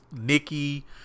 Nikki